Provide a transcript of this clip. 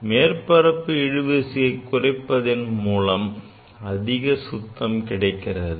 எனவே மேற்பரப்பு இழுவிசையை குறைப்பதன் மூலம் அதிக சுத்தம் கிடைக்கிறது